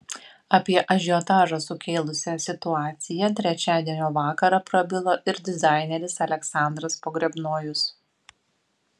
apie ažiotažą sukėlusią situaciją trečiadienio vakarą prabilo ir dizaineris aleksandras pogrebnojus